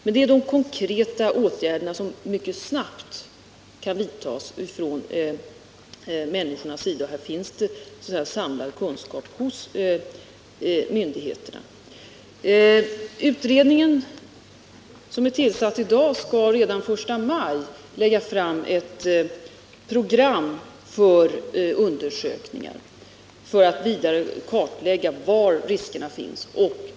Detta är de konkreta åtgärder som mycket snabbt kan vidtas. Här finns en samlad kunskap hos myndigheterna. Utredningen, som är tillsatt i dag, skall redan den 1 maj lägga fram ett program för undersökningen för att vidare kartlägga var riskerna finns.